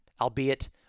albeit